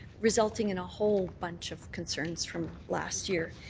resulting in a whole bunch of concerns from last year.